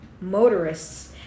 motorists